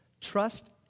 Trust